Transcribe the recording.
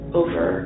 over